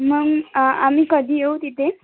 मग आम्ही कधी येऊ तिथे